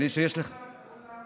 בלי שיש, אלכס,